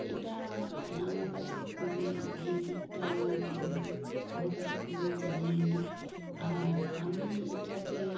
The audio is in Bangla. এটা আমার কাছে খুবই এই দিকটা আমার কাছে খুবই চ্যালেঞ্জিং আর আমি এটাকে